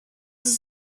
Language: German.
ist